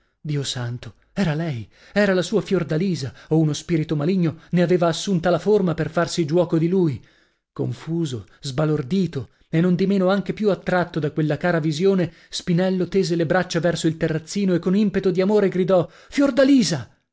dio santo era lei era la sua fiordalisa o uno spirito maligno ne aveva assunta la forma per farsi giuoco di lui confuso sbalordito e nondimeno anche più attratto da quella cara visione spinello tese le braccia verso il terrazzino e con impeto di amore gridò fiordalisa